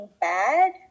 bad